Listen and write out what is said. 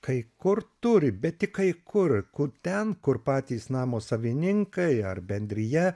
kai kur turi bet tik kai kur kur ten kur patys namo savininkai ar bendrija